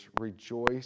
rejoice